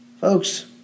Folks